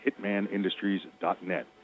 hitmanindustries.net